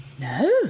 No